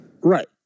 Right